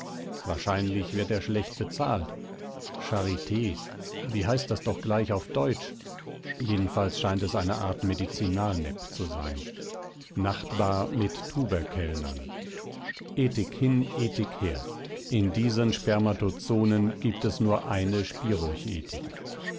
wahrscheinlich wird er schlecht bezahlt charit wie heißt doch das gleich auf deutsch jedenfalls scheint es eine art medizinalnepp zu sein nachtbar mit tuberkellnern ethik hin ethik her in diesen spermathozonen gibts nur eine